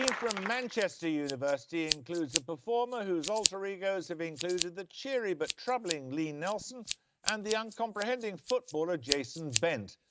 from manchester university includes a performer whose alter egos have included the cheery but troubling lee nelson and the uncomprehending footballer, jason bent.